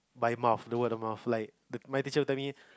by mouth dual the mouth like my teacher tell me